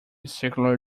circular